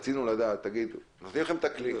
רצינו לדעת נותנים לכם את הכלי.